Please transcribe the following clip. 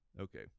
Okay